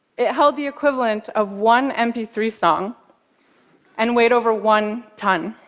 it held the equivalent of one m p three song and weighed over one ton.